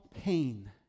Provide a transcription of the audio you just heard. pain